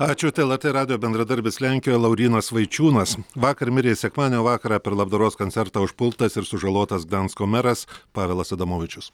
ačiū tai lrt radijo bendradarbis lenkijoj laurynas vaičiūnas vakar mirė sekmadienio vakarą per labdaros koncertą užpultas ir sužalotas gdansko meras pavelas adamovičius